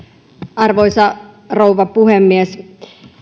arvoisa rouva puhemies